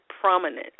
prominent